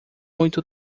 muito